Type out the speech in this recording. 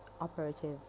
operative